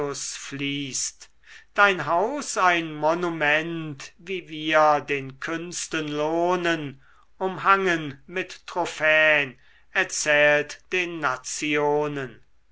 fließt dein haus ein monument wie wir den künsten lohnen umhangen mit trophän erzählt den nationen